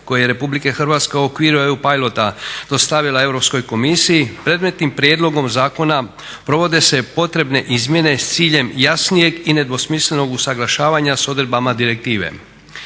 koje je Republika Hrvatska u okviru eu-pilota dostavila Europskoj komisiji predmetnim prijedlogom zakona provode se potrebne izmjene s ciljem jasnijeg i nedvosmislenog usuglašavanja s odredbama direktive.